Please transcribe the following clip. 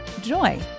joy